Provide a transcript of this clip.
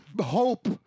hope